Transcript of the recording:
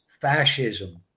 fascism